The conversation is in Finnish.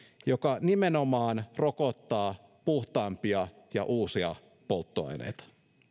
joka nimenomaan rokottaa puhtaampia ja uusia polttoaineita